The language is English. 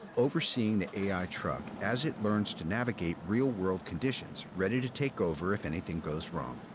overseeing the a i. truck as it learns to navigate real-world conditions, ready to take over if anything goes wrong.